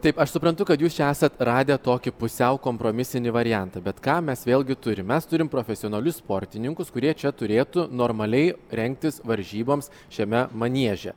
taip aš suprantu kad jūs čia esat radę tokį pusiau kompromisinį variantą bet ką mes vėlgi turim mes turim profesionalius sportininkus kurie čia turėtų normaliai rengtis varžyboms šiame manieže